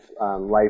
life